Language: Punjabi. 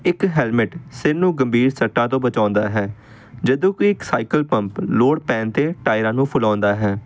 ਇੱਕ ਹੈਲਮਟ ਸਿਰ ਨੂੰ ਗੰਭੀਰ ਸੱਟਾਂ ਤੋਂ ਬਚਾਉਂਦਾ ਹੈ ਜਦੋਂ ਕੋਈ ਇੱਕ ਸਾਈਕਲ ਪੰਪ ਲੋੜ ਪੈਣ 'ਤੇ ਟਾਇਰਾਂ ਨੂੰ ਫੁਲਾਉਂਦਾ ਹੈ